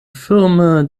firme